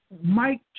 Mike